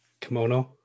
Kimono